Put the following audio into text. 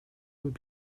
would